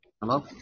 Hello